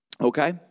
Okay